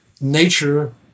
nature